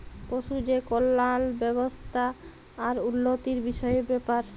পশু যে কল্যাল ব্যাবস্থা আর উল্লতির বিষয়ের ব্যাপার